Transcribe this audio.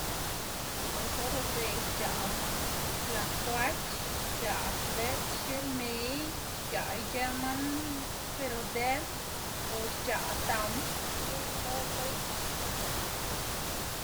pues or udze xc̲h̲aꞌ nak tlacoah xc̲h̲aꞌ belëkxe mey xc̲h̲aꞌ ic̲h̲ë man pero dën o xc̲h̲aꞌ dam c̲h̲ow idoꞌ pues.